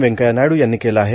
व्यंकय्या नायडू यांनी केलं आहे